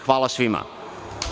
Hvala svima.